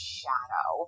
shadow